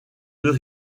deux